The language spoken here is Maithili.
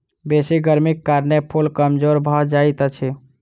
बेसी गर्मीक कारणें फूल कमजोर भअ जाइत अछि